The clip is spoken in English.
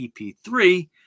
EP3